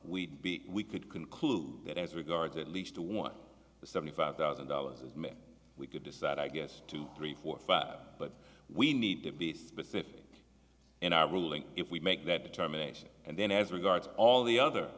k we could conclude that as regard to at least the one the seventy five thousand dollars is meant we could decide i guess two three four five but we need to be specific in our ruling if we make that determination and then as regards all the other